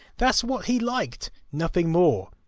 that's what he liked, nothing more.